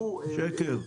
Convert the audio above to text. שקר.